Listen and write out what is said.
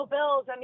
Bills